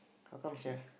how come sia